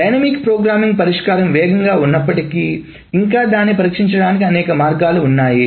dynamic programming పరిష్కారం వేగంగా ఉన్నప్పటికీ ఇంకా దీన్ని పరిష్కరించడానికి అనేక మార్గాలు ఉన్నాయి